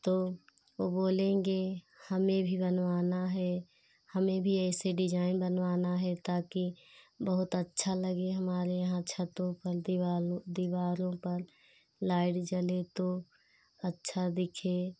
तो वह बोलेंगे हमें भी बनवाना है हमें भी ऐसे डिज़ाइन बनवाना है ताकि बहुत अच्छा लगे हमारे यहाँ छतों पर दीवारों पर दीवारों पर लाइट जले तो अच्छा दिखे